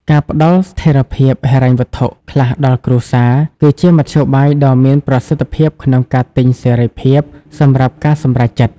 ការផ្តល់ "ស្ថិរភាពហិរញ្ញវត្ថុ" ខ្លះដល់គ្រួសារ គឺជាមធ្យោបាយដ៏មានប្រសិទ្ធភាពក្នុងការទិញ "សេរីភាព" សម្រាប់ការសម្រេចចិត្ត។